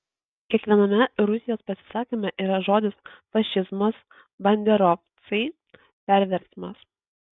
kiekviename rusijos pasisakyme yra žodis fašizmas banderovcai perversmas